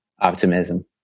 optimism